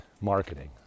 marketing